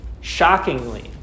Shockingly